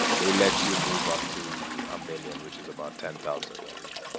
they let you move up to a million, which is about ten thousand dollars.